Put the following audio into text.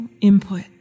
input